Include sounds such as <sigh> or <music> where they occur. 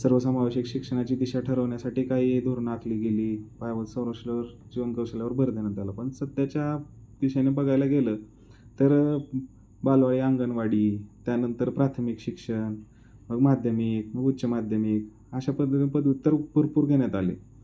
सर्वसमावेशक शिक्षणाची दिशा ठरवण्यासाठी काही धोरणं आखली गेली <unintelligible> जीवन कौशल्यावर भर देण्यात आला पण सध्याच्या दिशेने बघायला गेलं तर बालवाडी अंगणवाडी त्यानंतर प्राथमिक शिक्षण मग माध्यमिक मग उच्च माध्यमिक अशा पद्धती पदव्युत्तर भरपूर घेण्यात आले